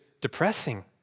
depressing